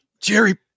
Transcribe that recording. Jerry